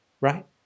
Right